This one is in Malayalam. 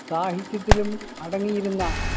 സാഹിത്യത്തിലും അടങ്ങിയിരുന്ന